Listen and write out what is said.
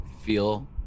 feel